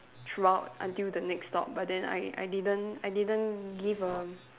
throughout until the next stop but then I I didn't I didn't give a